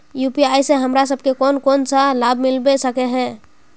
UPI से हमरा सब के कोन कोन सा लाभ मिलबे सके है?